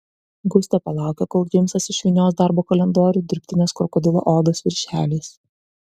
gustė palaukė kol džeimsas išvynios darbo kalendorių dirbtinės krokodilo odos viršeliais